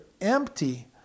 empty